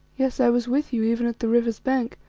yes, i was with you even at the river's bank,